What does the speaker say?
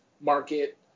market